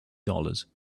dollars